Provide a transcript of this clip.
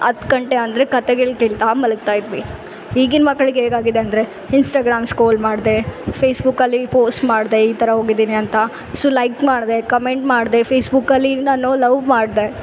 ಹತ್ತು ಗಂಟೆ ಅಂದರೆ ಕತೆಗಳು ಕೇಳ್ತಾ ಮಲಗ್ತಾ ಇದ್ವಿ ಈಗಿನ್ ಮಕ್ಳಿಗೆ ಹೇಗಾಗಿದೆ ಅಂದರೆ ಇನ್ಸ್ಟಾಗ್ರಾಮ್ ಸ್ಕೋಲ್ ಮಾಡದೇ ಫೇಸ್ಬುಕ್ಕಲ್ಲಿ ಪೋಸ್ಟ್ ಮಾಡದೇ ಈ ಥರ ಹೋಗಿದೀನಿ ಅಂತ ಸೊ ಲೈಕ್ ಮಾಡದೇ ಕಮೆಂಟ್ ಮಾಡದೇ ಫೇಸ್ಬುಕಲ್ಲಿ ನಾನು ಲವ್ ಮಾಡದೇ